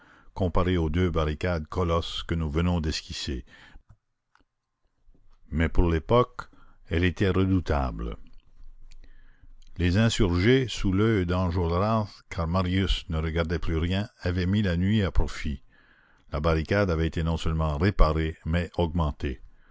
comparée aux deux barricades colosses que nous venons d'esquisser mais pour l'époque elle était redoutable les insurgés sous l'oeil d'enjolras car marius ne regardait plus rien avaient mis la nuit à profit la barricade avait été non seulement réparée mais augmentée